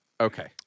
Okay